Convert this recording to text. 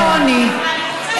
אין כמוני, אבל היא רוצה.